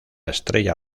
estrella